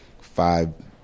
five